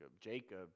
Jacob